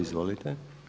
Izvolite.